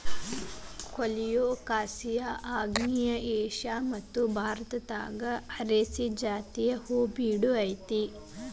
colocasia ಆಗ್ನೇಯ Asia ಮತ್ತು ಭಾರತದಾಗ ಅರೇಸಿ ಜಾತಿಯ ಹೂಬಿಡೊ ಸಸ್ಯದ ಜಾತಿಗೆ ಸೇರೇತಿ